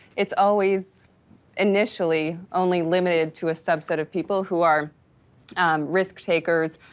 it's always initially only limited to a subset of people who are risk takers,